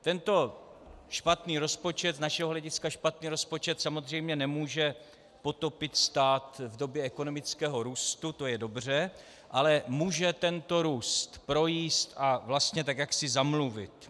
Tento špatný rozpočet, z našeho hlediska špatný rozpočet, samozřejmě nemůže potopit stát v době ekonomického růstu, to je dobře, ale může tento růst projíst a vlastně tak jaksi zamluvit.